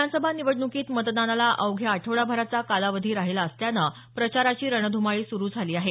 विधानसभा निवडणुकीत मतदानाला अवघ्या आठवडाभराचा कालावधी राहिला असल्याचं प्रचाराची रणध्माळी सुरु झाली आहे